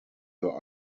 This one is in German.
für